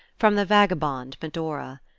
from the vagabond medora.